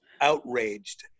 outraged